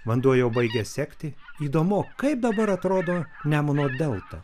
vanduo jau baigia sekti įdomu kaip dabar atrodo nemuno delta